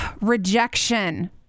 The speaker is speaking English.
Rejection